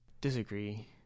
Disagree